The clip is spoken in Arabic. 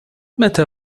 متى